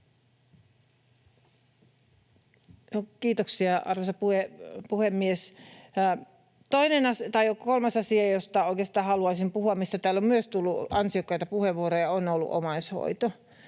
Kiitoksia, arvoisa puhemies! Kolmas asia, josta oikeastaan haluaisin puhua, mistä täällä on myös tullut ansiokkaita puheenvuoroja, on omaishoito.